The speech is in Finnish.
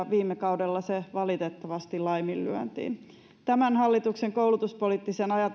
viime kaudella se valitettavasti laiminlyötiin tämän hallituksen koulutuspoliittisen